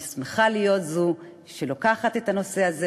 אני שמחה להיות זו שלוקחת את הנושא הזה